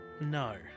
No